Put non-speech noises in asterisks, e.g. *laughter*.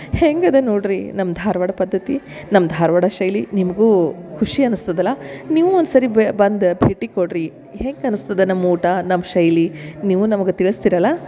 ಹೆಂಗೆ ಅದ ನೋಡ್ರಿ ನಮ್ಮ ಧಾರವಾಡ ಪದ್ಧತಿ ನಮ್ಮ ಧಾರವಾಡ ಶೈಲಿ ನಿಮಗೂ ಖುಷಿ ಅನ್ಸ್ತದ ಅಲ್ಲಾ ನೀವು ಒಂದು ಸರಿ *unintelligible* ಬಂದು ಭೇಟಿ ಕೊಡ್ರಿ ಹೆಂಗೆ ಅನ್ಸ್ತದ ನಮ್ಮ ಊಟ ನಮ್ಮ ಶೈಲಿ ನೀವು ನಮ್ಗ ತಿಳಿಸ್ತಿರಲ್ಲಾ